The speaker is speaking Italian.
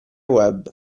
web